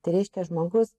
tai reiškia žmogus